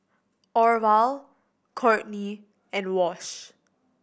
Orval Kortney and Wash